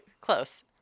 Close